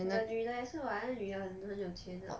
the 女的 leh 好像女的很有钱 ah